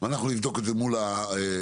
ואנחנו נבדוק את זה מול המשרדים,